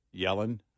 Yellen